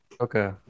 Okay